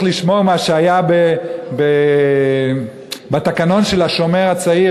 לשמור מה שהיה בתקנון של "השומר הצעיר",